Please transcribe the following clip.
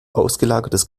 ausgelagertes